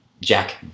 Jack